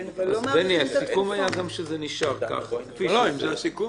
לגביהם הסכמת היועץ והמקרים שלגביהם לא ניתנה הסכמת היועץ.